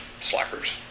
slackers